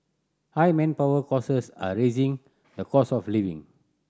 high manpower are raising the cost of living